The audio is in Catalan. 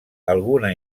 alguna